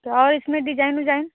और इसमें डिजाइन ओजाइन